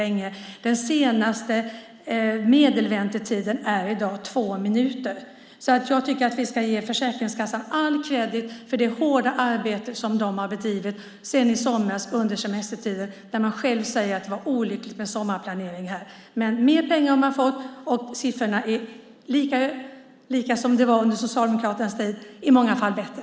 Men den senaste medelväntetiden är två minuter. Jag tycker att vi ska ge Försäkringskassan all kredit för det hårda arbete som de har bedrivit sedan i somras. De säger själva att det var olyckligt med sommarplaneringen under semestertiderna. Men mer pengar har de fått, och siffrorna är desamma som under Socialdemokraternas tid - i många fall bättre.